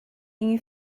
you